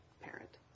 parent